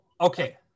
okay